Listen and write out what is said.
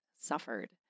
suffered